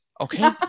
Okay